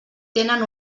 tenen